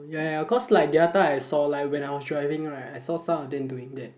ya ya ya cause like the other time I saw like when I was driving right I saw some of them doing that